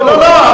לא לא,